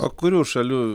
o kurių šalių